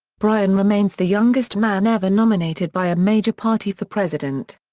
bryan remains the youngest man ever nominated by a major party for president.